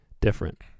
different